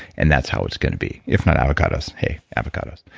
and that's how it's going to be, if not avocados. hey, avocados.